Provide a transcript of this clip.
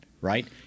right